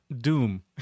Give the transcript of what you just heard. Doom